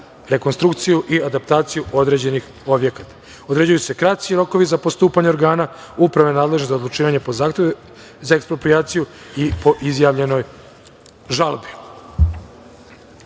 rekonstrukciju i adaptaciju određenih objekata. Određuju se kraći rokovi za postupanje organa Uprave nadležne za odlučivanje po zahtevima za eksproprijaciju i po izjavljenoj žalbi. Sada